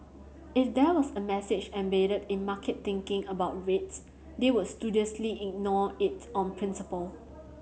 if there was a message embedded in market thinking about rates they would studiously ignore it on principle